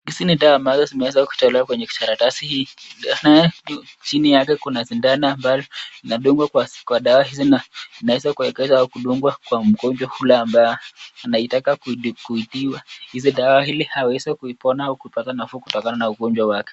Hizi ni dawa ambazo zimeweza kutolewa kwenye karatasi hii. Naye chini yake kuna shidano inadungwa kwa dawa hizi, na inaweza kuwekezwa ama kudungwa kwa mgonjwa yule ambaye anataka kutibiwa, hizi dawa ili aweze kuipona au kupata nafuu kutoka na ugonjwa wake.